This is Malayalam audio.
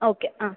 ഓക്കെ ആ